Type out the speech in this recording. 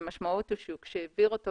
המשמעות היא שכשהוא מעביר אותו